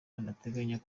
anateganya